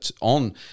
on